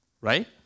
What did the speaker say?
right